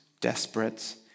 desperate